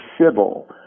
civil